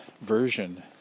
version